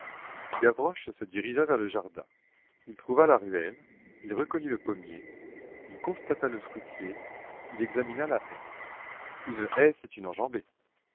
gavroche se dirigea vers le jardin il retrouva la ruelle il reconnut le pommier il constata le fruitier il examina la haie une haie c'est une enjambée